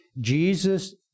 Jesus